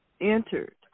entered